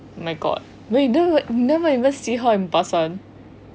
oh my god wait then nevermind how you see her in person